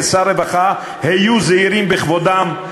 כשר הרווחה: היו זהירים בכבודם,